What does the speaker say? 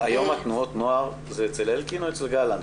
היום תנועות הנוער זה אצל אלקין או אצל גלנט?